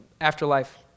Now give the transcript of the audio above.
afterlife